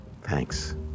Thanks